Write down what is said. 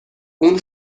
اون